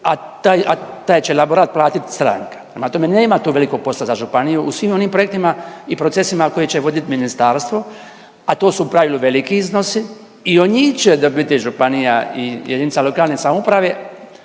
a taj će elaborat platiti stranka. Prema tome, nema tu velikog posla za županiju, u svim onim projektima i procesima koje će voditi ministarstvo, a to su u pravilu veliki iznosi i od njih će dobiti županija i jedinica lokalne samouprave,